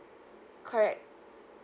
correct